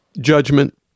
judgment